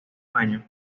años